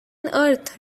earth